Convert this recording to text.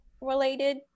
related